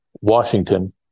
Washington